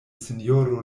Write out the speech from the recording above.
sinjoro